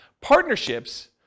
Partnerships